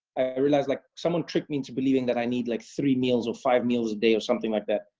i realized like someone tricked me into believing that i need like three meals or five meals a day or something like that.